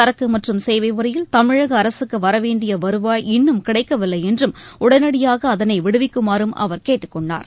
சரக்கு மற்றும் சேவை வரியில் தமிழக அரசுக்கு வரவேண்டிய வருவாய் இன்னும் கிடைக்கவில்லை என்றும் உடனடியாக அதனை விடுவிக்குமாறும் அவர் கேட்டுக் கொண்டார்